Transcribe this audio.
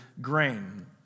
grain